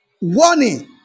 warning